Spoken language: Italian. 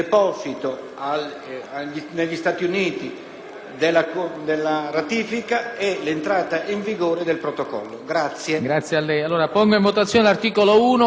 negli Stati Uniti della ratifica e l'entrata in vigore del Protocollo.